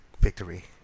victory